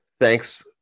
Thanks